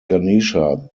ganesha